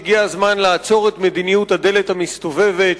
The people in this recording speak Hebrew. שהגיע הזמן לעצור את מדיניות הדלת המסתובבת,